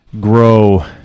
grow